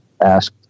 asked